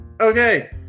Okay